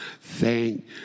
Thank